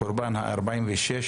הקורבן ה-46,